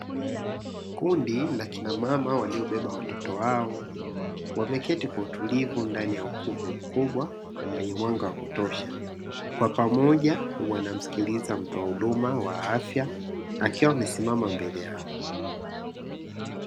Kundi la kinamama waliobeba watoto wao wameketi kwa utulivu ndani ya ukumbi mkubwa wenye mwanga wa kutosha, kwa pamoja wanamsikiliza mtoa huduma wa afya akiwa amesimama mbele yao.